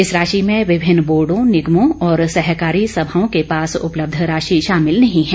इस राशि में विभिन्न बोर्डो निगमों और सहकारी समाओं के पास उपलब्ध राशि शामिल नहीं है